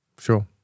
Sure